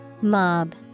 Mob